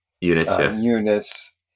units